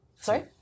Sorry